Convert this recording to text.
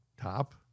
top